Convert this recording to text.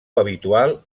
habitual